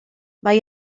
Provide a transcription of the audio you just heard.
mae